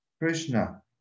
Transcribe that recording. Krishna